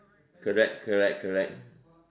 correct correct correct